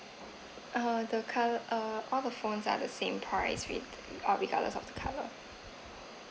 uh the color uh all the phone are the same price with uh regardless of the colour